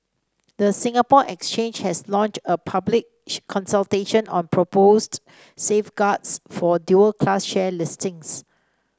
the Singapore Exchange has launched a public consultation on proposed safeguards for dual class share listings